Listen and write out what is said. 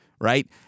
right